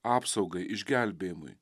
apsaugai išgelbėjimui